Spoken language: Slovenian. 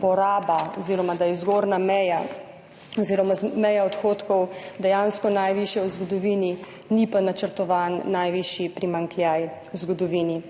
poraba oziroma meja odhodkov dejansko najvišja v zgodovini, ni pa načrtovan najvišji primanjkljaj v zgodovini.